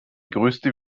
größte